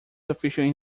official